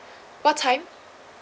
what time